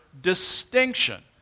distinction